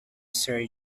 sir